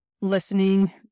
listening